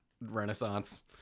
Renaissance